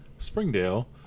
Springdale